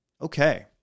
Okay